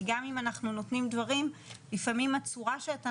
כי גם אם אנחנו נותנים דברים לפעמים הצורה שאתה